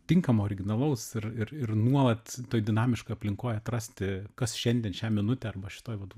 tinkamo originalaus ir ir nuolat toj dinamiškoj aplinkoj atrasti kas šiandien šią minutę arba šitoj vat